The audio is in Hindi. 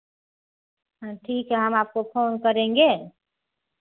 हाँ ठीक है हम आपको फोन करेंगे